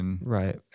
Right